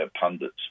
pundits